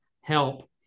help